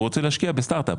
והוא רוצה להשקיע בסטארט אפ,